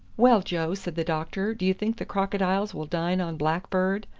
well, joe, said the doctor, do you think the crocodiles will dine on blackbird?